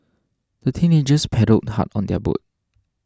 the teenagers paddled hard on their boat